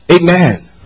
Amen